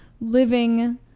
living